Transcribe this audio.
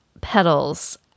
petals